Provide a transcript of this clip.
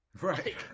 Right